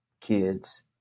kids